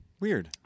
weird